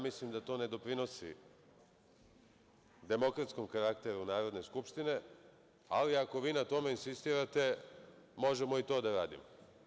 Mislim da to ne doprinosi demokratskom karakteru Narodne skupštine, ali ako vi na tome insistirate, možemo i to da radimo.